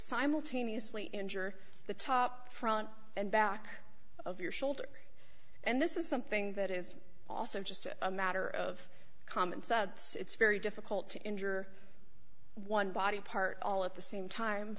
simultaneously injure the top front and back of your shoulder and this is something that is also just a matter of common sense it's very difficult to injure one body part all at the same time